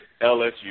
LSU